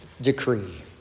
decree